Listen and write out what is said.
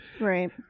Right